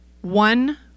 one